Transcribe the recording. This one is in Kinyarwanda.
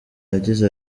yagize